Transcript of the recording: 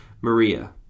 Maria